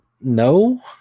no